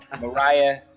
Mariah